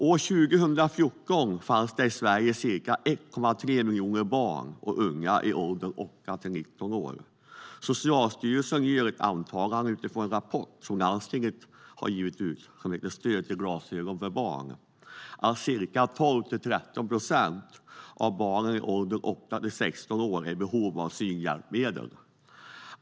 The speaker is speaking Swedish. År 2014 fanns det i Sverige ca 1,3 miljoner barn och unga i åldern 8-19 år. Socialstyrelsen gör utifrån rapporten Landstingens stöd till glasögon för barn antagandet att ca 12-13 procent av barnen i åldern 8-16 år är i behov av synhjälpmedel.